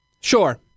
Sure